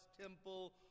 temple